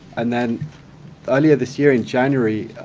and then earlier this year in january,